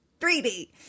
3D